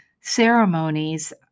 ceremonies